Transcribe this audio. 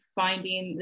finding